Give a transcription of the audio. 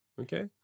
okay